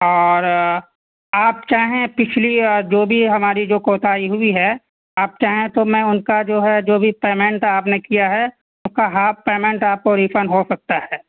اور آپ چاہیں پچھلی جو بھی ہماری جو کوتاہی ہوئی ہے آپ چاہیں تو میں ان کا جو ہے جو بھی پیمنٹ آپ نے کیا ہے اس کا ہاف پیمنٹ آپ کو ریفنڈ ہو سکتا ہے